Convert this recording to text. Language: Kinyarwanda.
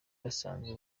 basanzwe